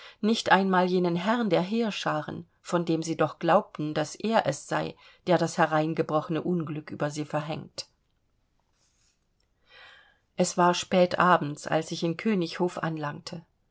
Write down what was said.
nicht einmal jenen herrn der heerschaaren von dem sie doch glaubten daß er es sei der das hereingebrochene unglück über sie verhängt es war spät abends als ich in königinhof anlangte